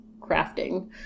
crafting